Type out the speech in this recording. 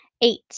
Eight